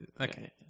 Okay